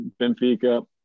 Benfica